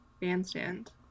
Bandstand